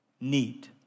need